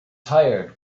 tired